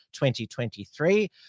2023